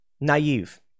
naive